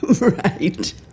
Right